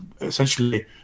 essentially